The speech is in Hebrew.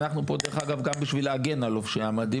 דרך אגב, אנחנו פה גם בשביל להגן על לובשי המדים.